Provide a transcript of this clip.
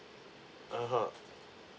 ah ha